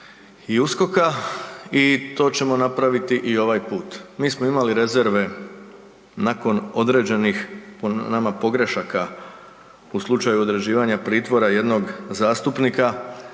i USKOK-a i to ćemo napraviti i ovaj put. Mi smo imali rezerve nakon određenih nama pogrešaka u slučaju određivanja pritvora jednog zastupnika,